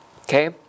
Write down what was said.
okay